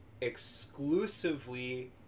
exclusively